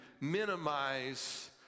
minimize